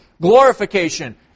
glorification